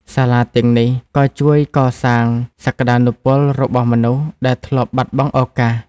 សាលាទាំងនេះក៏ជួយកសាងសក្តានុពលរបស់មនុស្សដែលធ្លាប់បាត់បង់ឱកាស។